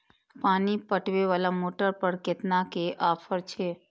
पानी पटवेवाला मोटर पर केतना के ऑफर छे?